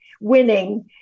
winning